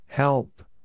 Help